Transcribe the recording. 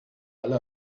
alle